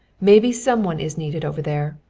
maybe some one is needed over there.